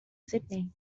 sydney